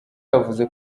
yavuze